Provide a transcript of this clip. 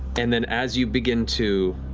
and then as you begin to